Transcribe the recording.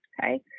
Okay